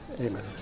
amen